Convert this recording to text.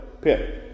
pit